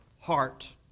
heart